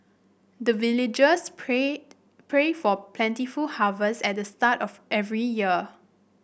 the villagers pray pray for plentiful harvest at the start of every year